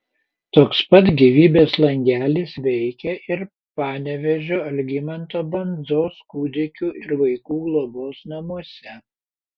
toks pat gyvybės langelis veikia ir panevėžio algimanto bandzos kūdikių ir vaikų globos namuose